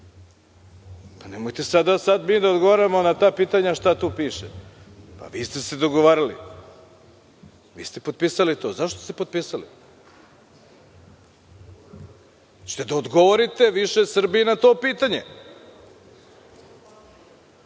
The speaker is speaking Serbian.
Nemojte sada da mi odgovaramo na ta pitanja šta tu piše. Vi ste se dogovarali. Vi ste potpisali to. Zašto ste se potpisali? Hoćete li da odgovorite Srbiji na to pitanje? Mi